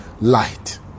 light